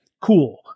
cool